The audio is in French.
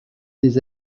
des